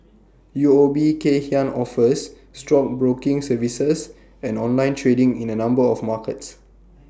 U O B Kay Hian offers stockbroking services and online trading in A number of markets